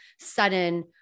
sudden